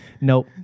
Nope